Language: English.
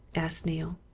asked neale.